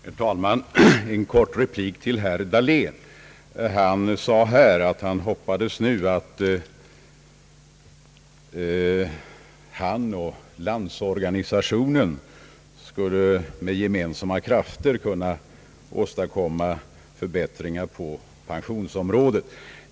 Herr talman! En kort replik till herr Dahlén! Han sade att han hoppades att han och Landsorganisationen med gemensamma krafter skulle kunna åstadkomma förbättringar på pensionsområdet.